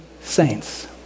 saints